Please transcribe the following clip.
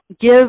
give